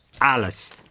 Alice